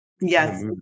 Yes